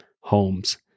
homes